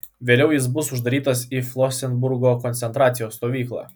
vėliau jis buvo uždarytas į flosenburgo koncentracijos stovyklą